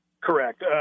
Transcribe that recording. Correct